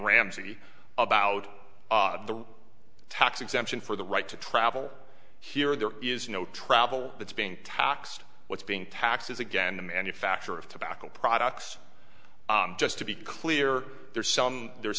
ramsey about the tax exemption for the right to travel here there is no travel that's being taxed what's being taxed as again the manufacture of tobacco products just to be clear there's some there's